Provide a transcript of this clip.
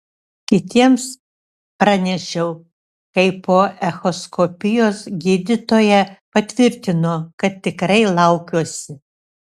kitiems pranešiau kai po echoskopijos gydytoja patvirtino kad tikrai laukiuosi